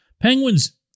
Penguins